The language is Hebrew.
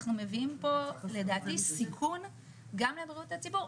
אנחנו מביאים פה לדעתי סיכון גם לבריאות הציבור,